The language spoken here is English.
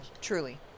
truly